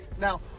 now